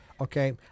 Okay